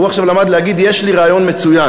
עכשיו הוא למד להגיד: יש לי רעיון מצוין,